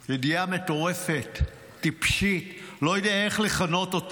ידיעה מטורפת, טיפשית, לא יודע איך לכנות אותה,